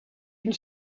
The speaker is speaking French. une